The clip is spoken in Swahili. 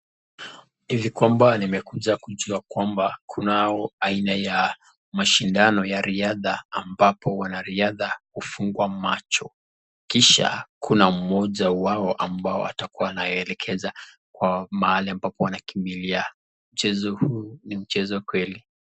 Hivi kwamba, nimekuja kujua kwamba, kuna aina ya mashindano ya riadha ambapo wanariadha hufungwa macho, kisha kuna mmoja wao ambao atakuwa anawaelekeza kwa mahali ambapo wanakimbilia. Mchezo huu ni mchezo kweli.